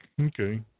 Okay